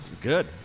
Good